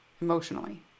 emotionally